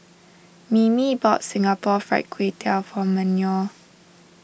Mimi bought Singapore Fried Kway Tiao for Manuel